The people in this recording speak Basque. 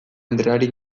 andreari